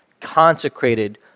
consecrated